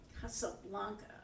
Casablanca